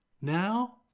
Now